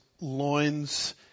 loins